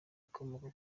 ikomoka